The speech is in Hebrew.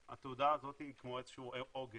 התעודה הזאת היא כמו איזה שהוא --- היא